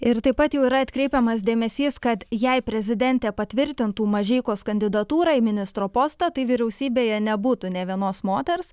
ir taip pat jau yra atkreipiamas dėmesys kad jei prezidentė patvirtintų mažeikos kandidatūrą į ministro postą tai vyriausybėje nebūtų nė vienos moters